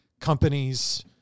companies –